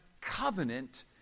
covenant